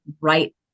Right